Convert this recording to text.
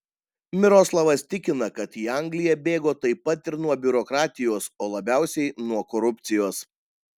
miroslavas tikina kad į angliją bėgo taip pat ir nuo biurokratijos o labiausiai nuo korupcijos